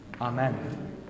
amen